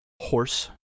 horse